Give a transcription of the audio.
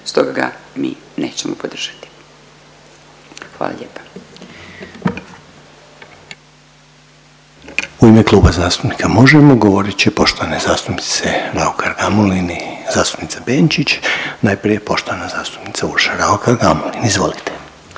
stoga ga mi nećemo podržati, hvala lijepa.